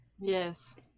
yes